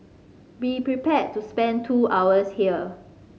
be prepared to spend two hours here